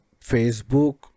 Facebook